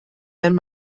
wenn